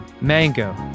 Mango